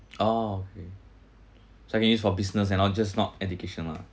oh okay so I can use for business and all just not for education lah